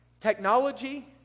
technology